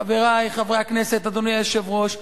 חברי חברי הכנסת, אדוני היושב-ראש,